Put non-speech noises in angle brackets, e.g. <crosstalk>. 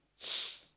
<noise>